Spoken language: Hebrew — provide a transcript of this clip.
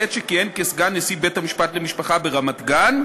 בעת שכיהן כסגן נשיא בית-המשפט לענייני משפחה ברמת-גן,